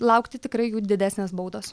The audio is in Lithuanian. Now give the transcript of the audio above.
laukti tikrai jų didesnės baudos